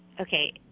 Okay